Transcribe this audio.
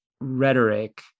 rhetoric